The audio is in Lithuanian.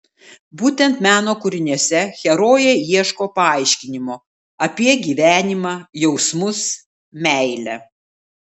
būtent meno kūriniuose herojė ieško paaiškinimo apie gyvenimą jausmus meilę